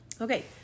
Okay